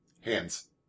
Hands